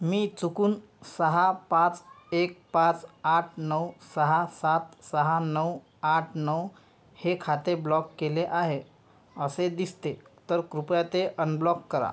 मी चुकून सहा पाच एक पाच आठ नऊ सहा सात सहा नऊ आठ नऊ हे खाते ब्लॉक केले आहे असे दिसते तर कृपया ते अनब्लॉक करा